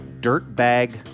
Dirtbag